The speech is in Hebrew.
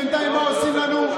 בינתיים, מה עושים לנו?